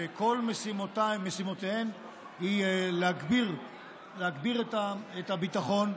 שכל משימותיהם הן להגביר את הביטחון,